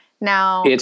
Now